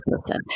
person